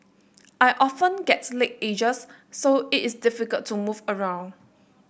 I often get leg aches so it is difficult to move around